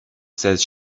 says